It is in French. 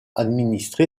administré